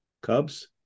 Cubs